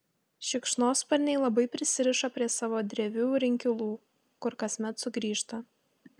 šikšnosparniai labai prisiriša prie savo drevių ir inkilų kur kasmet sugrįžta